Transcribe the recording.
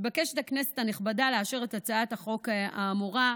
מתבקשת הכנסת הנכבדה לאשר את הצעת החוק האמורה.